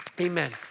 Amen